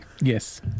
Yes